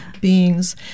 beings